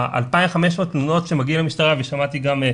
וה-2,500 תלונות שמגיעות למשטרה ושמעתי גם על